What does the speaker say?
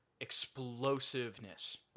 explosiveness